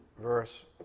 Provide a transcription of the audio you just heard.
verse